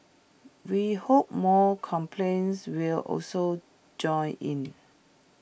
we hope more companies will also join in